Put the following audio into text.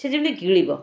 ସେ ଯେମିତି ଗିଳିବ